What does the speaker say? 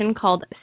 called